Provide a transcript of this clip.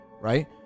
Right